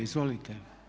Izvolite.